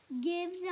gives